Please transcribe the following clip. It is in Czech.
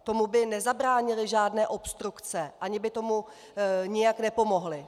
Tomu by nezabránily žádné obstrukce ani by tomu nijak nepomohly.